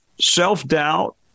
Self-doubt